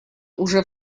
уже